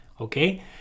okay